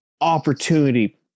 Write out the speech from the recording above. opportunity